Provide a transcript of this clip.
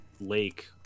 lake